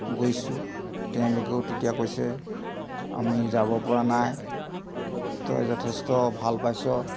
গৈছোঁ তেওঁলোকেও তেতিয়া কৈছে আমি যাব পৰা নাই তই যথেষ্ট ভাল পাইছ